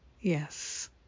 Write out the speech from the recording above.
Yes